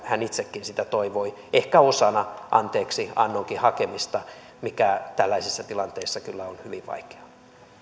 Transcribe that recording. hän itsekin sitä toivoi ehkä osana anteeksiannonkin hakemista mikä tällaisessa tilanteessa kyllä on hyvin vaikeaa